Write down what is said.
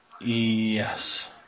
Yes